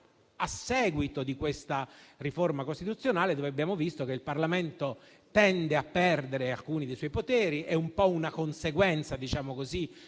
a seguito di questa riforma costituzionale, dove abbiamo visto che il Parlamento tende a perdere alcuni dei suoi poteri: è un po' una conseguenza dell'elezione